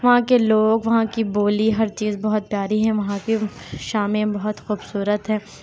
وہاں کے لوگ وہاں کی بولی ہر چیز بہت پیاری ہے وہاں کی شامیں بہت خوبصورت ہیں